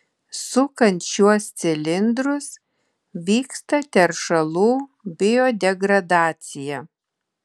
sukant šiuos cilindrus vyksta teršalų biodegradacija